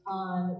on